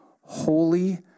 holy